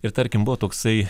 ir tarkim buvo toksai